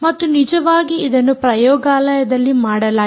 ಮತ್ತು ನಿಜವಾಗಿ ಇದನ್ನು ಪ್ರಯೋಗಾಲಯದಲ್ಲಿ ಮಾಡಲಾಗಿದೆ